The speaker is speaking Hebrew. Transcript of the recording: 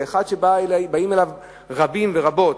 ואחד שבאים אליו רבים ורבות,